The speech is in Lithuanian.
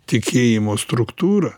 tikėjimo struktūra